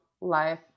life